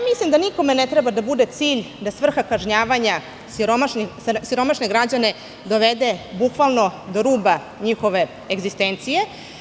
Mislim da nikome ne treba da bude cilj da svrha kažnjavanja siromašne građane dovede bukvalno do ruba njihove egzistencije.